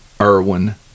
Irwin